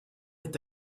est